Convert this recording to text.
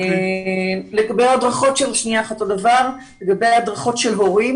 לגבי הדרכות של הורים